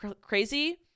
crazy